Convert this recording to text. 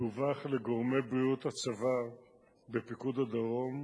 דווח לגורמי בריאות הצבא בפיקוד הדרום